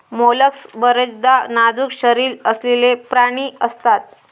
mollusc बर्याचदा नाजूक शरीर असलेले प्राणी असतात